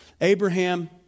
Abraham